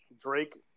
Drake